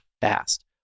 fast